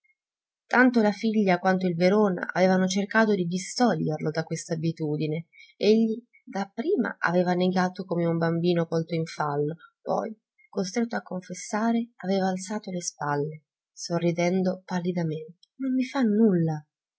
tanto la figlia quanto il verona avevano cercato di distoglierlo da questa abitudine egli dapprima aveva negato come un bambino colto in fallo poi costretto a confessare aveva alzato le spalle sorridendo pallidamente non mi fa nulla